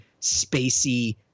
spacey